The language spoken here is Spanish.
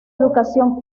educación